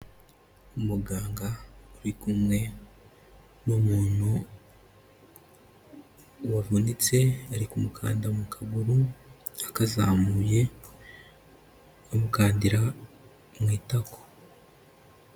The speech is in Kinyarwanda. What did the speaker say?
Umuganga uri kumwe n'umuntu wavunitse, ari kumukanda mu kaguru, akazamuye, amukandira mu itako.